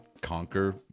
conquer